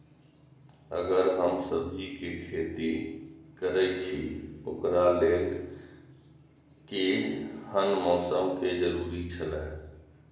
अगर हम सब्जीके खेती करे छि ओकरा लेल के हन मौसम के जरुरी छला?